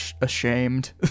ashamed